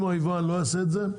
אם היבואן לא יעשה את זה,